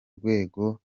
rwego